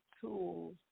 tools